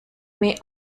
may